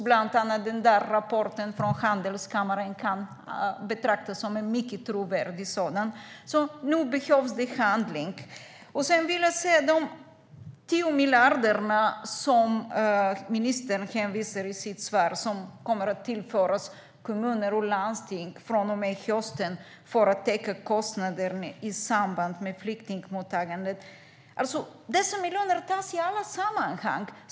Bland annat kan rapporten från Sydsvenska Handelskammaren betraktas som en mycket trovärdig sådan. Nu behövs det handling! Sedan är det de 10 miljarder som ministern hänvisade till i sitt svar som kommer att tillföras kommuner och landsting från och med hösten för att täcka kostnader i samband med flyktingmottagandet. Dessa miljarder tas upp i alla sammanhang.